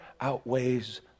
outweighs